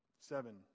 seven